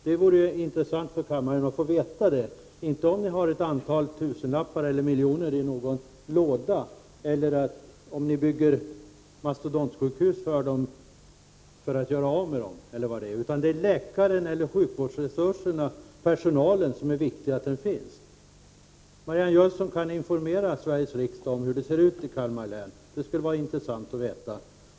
Det vore intressant för kammaren att få veta det — inte om ni har ett antal tusenlappar eller miljoner i någon låda, eller om ni bygger mastodontsjukhus för pengarna för att göra av med dem. Det viktiga är att det finns läkare, personal, sjukvårdsresurser. Marianne Jönsson kan informera Sveriges riksdag om hur det ser ut i Kalmar län. Det skulle vara intressant att veta.